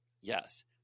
Yes